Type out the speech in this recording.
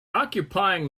occupying